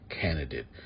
candidate